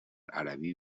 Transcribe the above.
عربی